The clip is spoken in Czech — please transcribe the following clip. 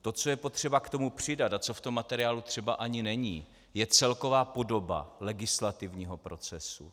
To, co je potřeba k tomu přidat a co v tom materiálu třeba ani není, je celková podoba legislativního procesu.